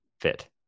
fit